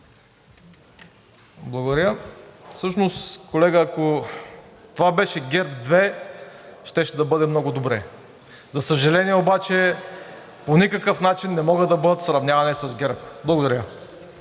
Благодаря. Всъщност, колега, ако това беше ГЕРБ 2, щеше да бъде много добре. За съжаление обаче, по никакъв начин не могат да бъдат сравнявани с ГЕРБ. Благодаря.